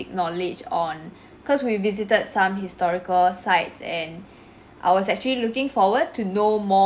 knowledge on cause we visited some historical sites and I was actually looking forward to know more